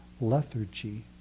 lethargy